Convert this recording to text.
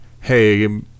hey